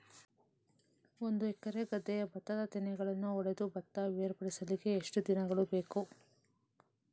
ಒಂದು ಎಕರೆ ಗದ್ದೆಯ ಭತ್ತದ ತೆನೆಗಳನ್ನು ಹೊಡೆದು ಭತ್ತ ಬೇರ್ಪಡಿಸಲಿಕ್ಕೆ ಎಷ್ಟು ದಿನಗಳು ಬೇಕು?